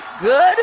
Good